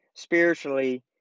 spiritually